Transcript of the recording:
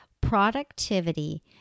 productivity